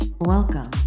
Welcome